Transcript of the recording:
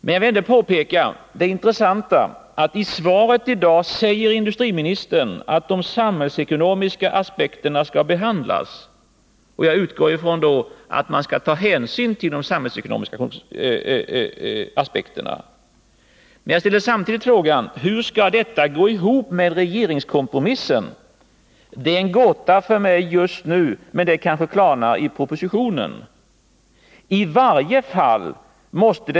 Men jag vill ändå påpeka — det är intressant — att industriministern i svaret i dag säger att de samhällsekonomiska aspekterna skall behandlas. Jag utgår då ifrån att man skall ta hänsyn till de samhällsekonomiska aspekterna. Jag ställer frågan: Hur skall detta gå ihop med regeringskompromissen? Det är en gåta för mig just nu, men det kanske klarnar när vi får ta del av propositionen.